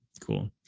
Cool